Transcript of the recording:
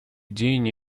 день